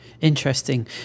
interesting